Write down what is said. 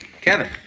Kevin